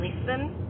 listen